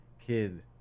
kid